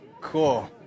Cool